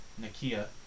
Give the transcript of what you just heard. Nakia